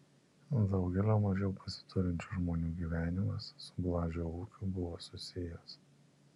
daugelio mažiau pasiturinčių žmonių gyvenimas su blažio ūkiu buvo susijęs